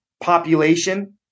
population